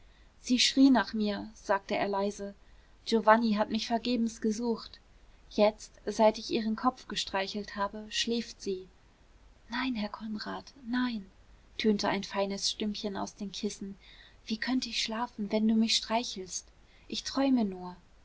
sie schrie nach mir sagte er leise giovanni hat mich vergebens gesucht jetzt seit ich ihren kopf gestreichelt habe schläft sie nein herr konrad nein tönte ein feines stimmchen aus den kissen wie könnt ich schlafen wenn du mich streichelst ich träume nur